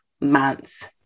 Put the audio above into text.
months